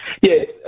Yes